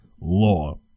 law